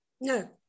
No